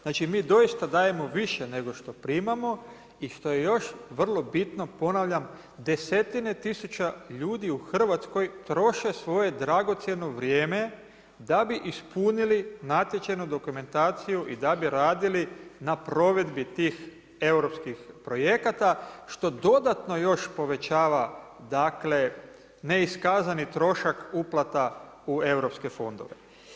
Znači mi doista dajemo više nego što primamo i što je još vrlo bitno ponavljam desetine tisuća ljudi u Hrvatskoj troše svoje dragocjeno vrijeme da bi ispunili natječajnu dokumentaciju i da bi radili na provedbi tih europskih projekata što dodatno još povećava, dakle neiskazani trošak uplata u EU fondove.